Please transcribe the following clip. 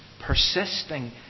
persisting